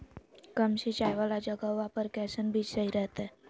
कम सिंचाई वाला जगहवा पर कैसन बीज सही रहते?